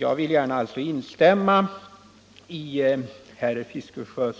Jag vill alltså gärna instämma i herr Fiskesjös